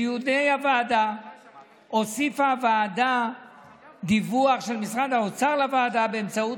בדיוני הוועדה הוסיפה הוועדה דיווח של משרד האוצר לוועדה באמצעות